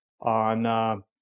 on